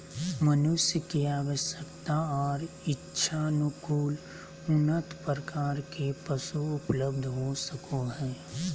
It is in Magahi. मनुष्य के आवश्यकता और इच्छानुकूल उन्नत प्रकार के पशु उपलब्ध हो सको हइ